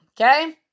okay